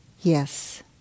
yes